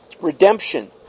Redemption